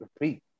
repeat